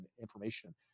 information